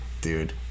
Dude